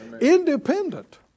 Independent